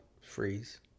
Freeze